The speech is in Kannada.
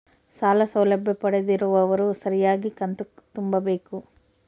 ಸಾಲ ಸೌಲಭ್ಯ ಪಡೆದಿರುವವರು ಸರಿಯಾಗಿ ಕಂತು ತುಂಬಬೇಕು?